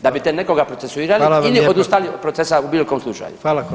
Da bite nekoga procesuirali ili odustali od procesa u bilo kojem slučaju.